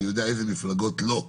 אני יודע איזה מפלגות לא.